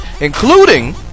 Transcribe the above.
including